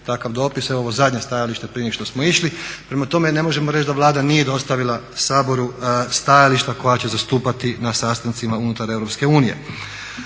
takav dopis, evo ovo zadnje stajalište prije nego što smo išli, prema tome ne možemo reći da Vlada nije dostavila Saboru stajališta koja će zastupati na sastancima unutar